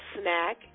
snack